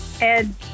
Ed